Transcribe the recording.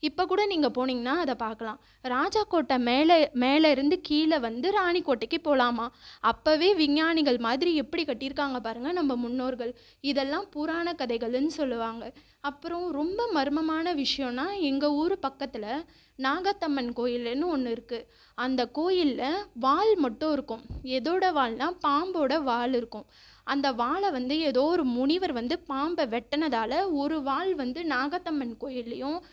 இப்போக் கூட நீங்கள் போனீங்கன்னா அதை பார்க்கலாம் ராஜா கோட்டை மேலே மேலே இருந்து கீழ வந்து ராணி கோட்டைக்கு போகலாமா அப்போவே விஞ்ஞானிகள் மாதிரி எப்படி கட்டிருக்காங்க பாருங்கள் நம்ப முன்னோர்கள் இதெல்லாம் புராணக் கதைகளுன்னு சொல்லுவாங்க அப்புறோம் ரொம்ப மர்மமான விஷயோனா எங்கள் ஊர் பக்கத்தில் நாகாத்தம்மன் கோயிலுன்னு ஒன்று இருக்கு அந்த கோயிலில் வால் மட்டும் இருக்கும் எதோட வால்னா பாம்போட வால் இருக்கும் அந்த வாலை வந்து ஏதோ ஒரு முனிவர் வந்து பாம்ப வெட்டினதால ஒரு வால் வந்து நாகாத்தம்மன் கோயில்லையும்